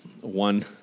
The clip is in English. One